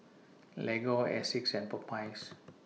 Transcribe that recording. Lego Asics and Popeyes